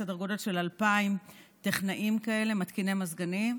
סדר גודל של 2,000 מתקיני מזגנים,